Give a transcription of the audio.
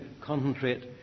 concentrate